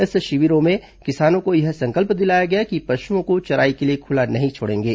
इस शिविरों में किसानों को यह संकल्प दिलाया गया कि पशुओं को चराई के लिए खुला नहीं छोड़ेंगे